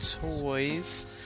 Toys